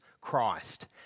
Christ